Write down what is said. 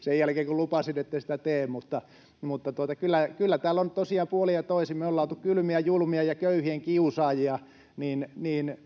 sen jälkeen kun lupasin, etten sitä tee. Mutta kyllä täällä on tosiaan sanottu puolin ja toisin: jos me ollaan oltu kylmiä, julmia ja köyhien kiusaajia, niin